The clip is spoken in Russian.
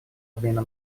обмена